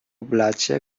blacie